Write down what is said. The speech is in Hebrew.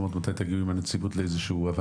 כלומר מתי תגיעו עם הנציבות להבנה?